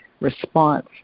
response